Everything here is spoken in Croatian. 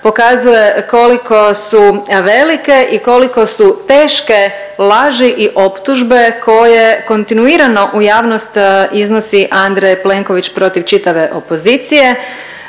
pokazuje koliko su velike i koliko su teške laži i optužbe koje kontinuirano u javnost iznosi Andrej Plenković protiv čitave opozicije